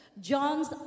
John's